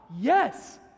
yes